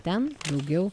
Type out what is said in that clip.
ten daugiau